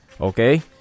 Okay